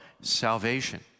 salvation